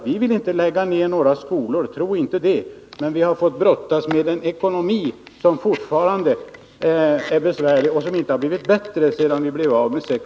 Vi vill inte lägga ner några skolor —tro inte det — men vi har fått brottas med en ekonomi som fortfarande at Nr 131 är besvärlig och som inte har blivit bättre sedan vi blev av med 6